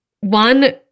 one